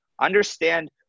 Understand